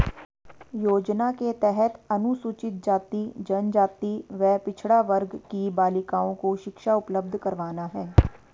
योजना के तहत अनुसूचित जाति, जनजाति व पिछड़ा वर्ग की बालिकाओं को शिक्षा उपलब्ध करवाना है